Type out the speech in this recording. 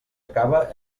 acaba